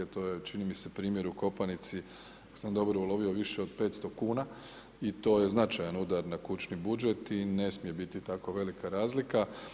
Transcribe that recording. To je čini mi se primjer u Kopanici ako sam dobro ulovio više od 500 kuna i to je značajan udar na kućni budžet i ne smije biti tako velika razlika.